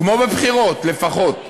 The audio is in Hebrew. כמו בבחירות לפחות.